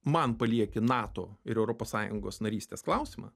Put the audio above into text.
man palieki nato ir europos sąjungos narystės klausimą